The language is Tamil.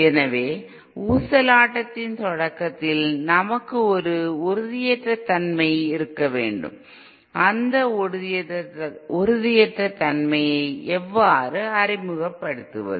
எனவே ஊசலாட்டத்தின் தொடக்கத்தில் நமக்கு ஒரு உறுதியற்ற தன்மை இருக்க வேண்டும் அந்த உறுதியற்ற தன்மையை எவ்வாறு அறிமுகப்படுத்துவது